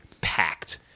packed